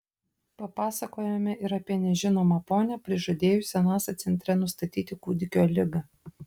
papasakojome ir apie nežinomą ponią prižadėjusią nasa centre nustatyti kūdikio ligą